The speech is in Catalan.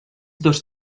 dos